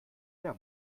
der